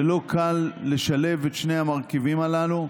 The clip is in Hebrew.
ולא קל לשלב את שני המרכיבים הללו.